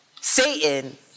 Satan